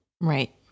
Right